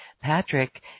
Patrick